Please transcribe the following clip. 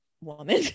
woman